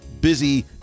busy